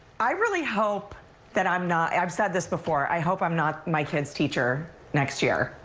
i really hope that i'm not i've said this before. i hope i'm not my kids' teacher next year,